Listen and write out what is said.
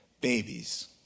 babies